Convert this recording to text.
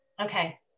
okay